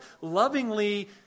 lovingly